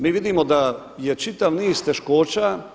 Mi vidimo da je čitav niz teškoća.